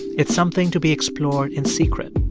it's something to be explored in secret,